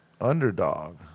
underdog